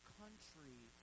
country